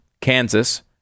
Kansas